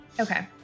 Okay